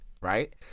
right